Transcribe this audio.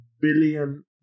billion